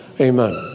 Amen